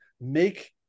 make